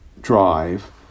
drive